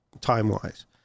time-wise